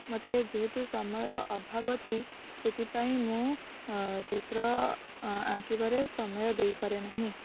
ମତେ ଯେହେତୁ ସମୟର ଅଭାବ ଅଛି ସେଥିପାଇଁ ମୁଁ ଚିତ୍ର ଆଙ୍କିବାରେ ସମୟ ଦେଇପାରେ ନାହିଁ